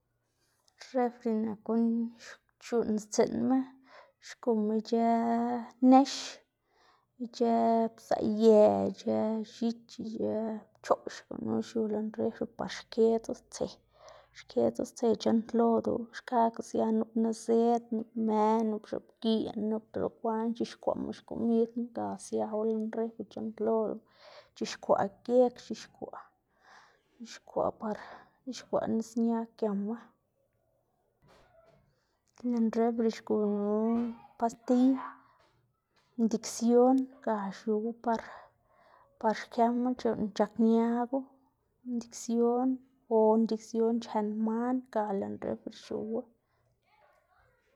Refri nak guꞌn x- c̲h̲uꞌnnstsiꞌnma xguma ic̲h̲ë nex. ic̲h̲ë pzaꞌye ic̲h̲ë. x̱ich ic̲h̲ë pchoꞌx gunu xiu lën refri par xkedzu stse, xkedzu stse c̲h̲uꞌnntlodu xkakga sia nup nizëd nup, nup më, nup x̱oꞌbgiꞌn, nup dele bekwaꞌn c̲h̲ixkwaꞌma xkomidma, ga siawu lën refri c̲h̲uꞌnntlodu, c̲h̲ixkwaꞌ geg c̲h̲ixkwaꞌ c̲h̲ixkwaꞌ par c̲h̲ixkwaꞌ nis ñag giama, lën refri xgunu pastiy, indiksion ga xiuwu par par xkemu c̲h̲uꞌnn c̲h̲akñagu, indiksion o indiksion chen man, ga lën refri xiuwu.